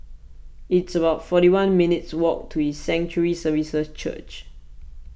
it's about forty one minutes' walk to His Sanctuary Services Church